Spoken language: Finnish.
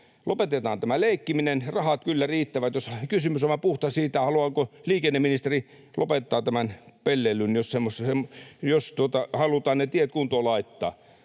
Lopetetaan tämä leikkiminen, rahat kyllä riittävät. Kysymys on puhtaasti vain siitä, haluaako liikenneministeri lopettaa tämän pelleilyn, jos halutaan ne tiet kuntoon laittaa.